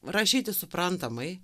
rašyti suprantamai